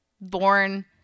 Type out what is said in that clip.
Born